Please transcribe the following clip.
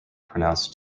pronounced